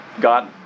God